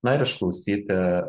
na ir išklausyti